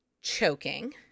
Choking